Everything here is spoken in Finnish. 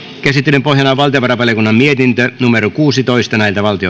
käsittelyn pohjana on valtiovarainvaliokunnan mietintö kuusitoista